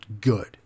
good